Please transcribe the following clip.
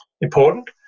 important